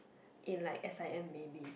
in like s_i_m maybe